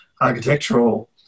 architectural